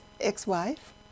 ex-wife